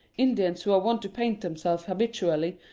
indians who are wont to paint themselves habitually,